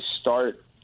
start